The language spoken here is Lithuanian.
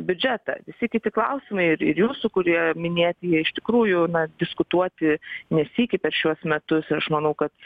biudžetą visi kiti klausimai ir ir jūsų kurie minėti jie iš tikrųjų na diskutuoti ne sykį per šiuos metus ir aš manau kad